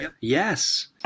yes